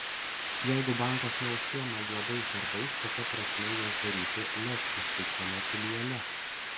jeigu bankas neužsiima juodais darbais kokia prasmė juos daryti lez įsteigtame filiale